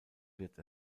wird